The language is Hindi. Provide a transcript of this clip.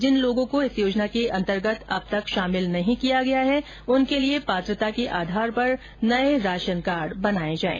जिने लोगों को इस योजना के अंतर्गत अब तक शामिल नहीं किया गया है उनके लिए पात्रता के आधार पर नए राशन कार्ड बनाए जाएं